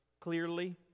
clearly